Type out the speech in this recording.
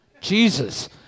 Jesus